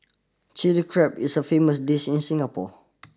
Chilli Crab is a famous dish in Singapore